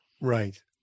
Right